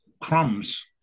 crumbs